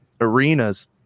arenas